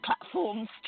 platforms